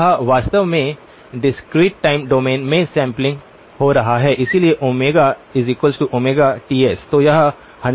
अब यह वास्तव में डिस्क्रीट टाइम डोमेन में सैंपलिंग हो रहा है इसलिए ωTs